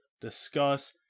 discuss